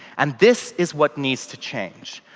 and this is what needs to change.